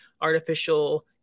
artificial